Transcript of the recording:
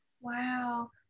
Wow